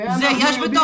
את זה יש לך?